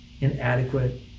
inadequate